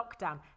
lockdown